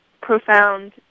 profound